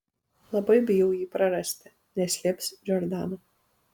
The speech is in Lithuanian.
labai bijau jį prarasti neslėps džordana